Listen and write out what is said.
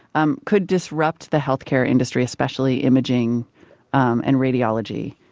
um could disrupt the health care industry, especially imaging um and radiology.